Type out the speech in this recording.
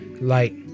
light